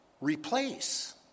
Replace